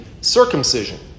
circumcision